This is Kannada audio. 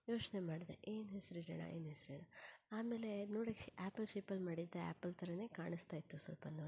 ಯೋಚ್ನೆ ಮಾಡಿದೆ ಏನು ಹೆಸರಿಡೋಣ ಏನು ಹೆಸರಿಡೋಣ ಆಮೇಲೆ ನೋಡೋಕ್ಕೆ ಆ್ಯಪಲ್ ಶೇಪಲ್ಲಿ ಮಾಡಿದ್ದೆ ಆ್ಯಪಲ್ ಥರನೆ ಕಾಣಿಸ್ತಾಯಿತ್ತು ಸ್ವಲ್ಪ ನೋಡೋಕ್ಕೆ